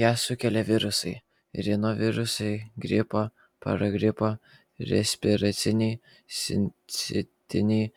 ją sukelia virusai rinovirusai gripo paragripo respiraciniai sincitiniai